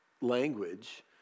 language